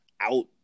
out